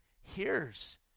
hears